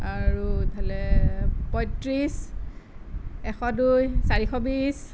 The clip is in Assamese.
আৰু ইফালে পঁয়ত্ৰিছ এশ দুই চাৰিশ বিছ